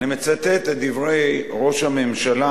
אני מצטט את דברי ראש הממשלה